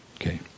Okay